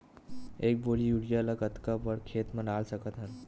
एक बोरी यूरिया ल कतका बड़ा खेत म डाल सकत हन?